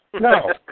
No